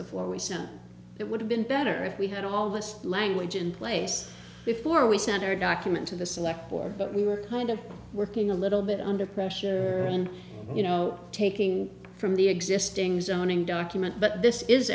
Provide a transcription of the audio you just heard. before we sent it would have been better if we had all this language in place before we sent our document to the select four but we were kind of working a little bit under pressure you know taking from the existing zoning document but this is